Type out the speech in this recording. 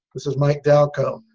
this is mike dalcoe,